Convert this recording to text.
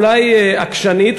אולי עקשנית,